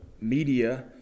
media